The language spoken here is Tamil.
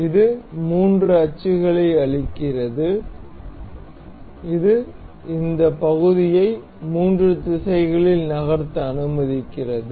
இது மூன்று அச்சுகளை அளிக்கிறது இது இந்த பகுதியை மூன்று திசைகளில் நகர்த்த அனுமதிக்கிறது